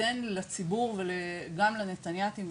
ותיתן לציבור וגם לנתנייתים,